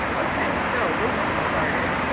okay. so we'll get started.